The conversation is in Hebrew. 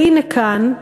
והנה כאן,